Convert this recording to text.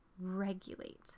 regulate